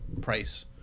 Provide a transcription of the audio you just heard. price